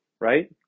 right